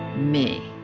me.